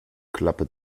klappe